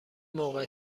موقع